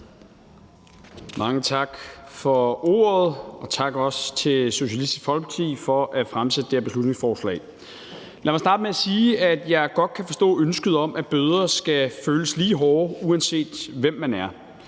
Mange tak for ordet, og tak også til Socialistisk Folkeparti for at fremsætte det her beslutningsforslag. Lad mig starte med at sige, at jeg godt kan forstå ønsket om, at bøder skal føles lige hårde, uanset hvem man er.